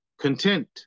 content